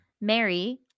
Mary